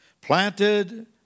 planted